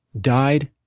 died